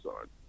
on